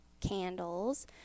candles